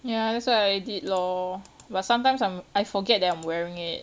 ya that's what I did lor but sometimes I'm I forget that I'm wearing it